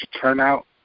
turnout